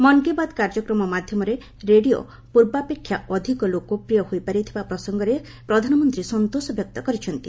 ମନ୍ କୀ ବାତ୍ କାର୍ଯ୍ୟକ୍ରମ ମାଧ୍ୟମରେ ରେଡ଼ିଓ ପୂର୍ବ ଅପେକ୍ଷା ଅଧିକ ଲୋକପ୍ରିୟ ହୋଇପାରିଥିବା ପ୍ରସଙ୍ଗରେ ପ୍ରଧାନମନ୍ତ୍ରୀ ସନ୍ତୋଷ ବ୍ୟକ୍ତ କରିଛନ୍ତି